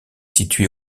situé